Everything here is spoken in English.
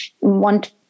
want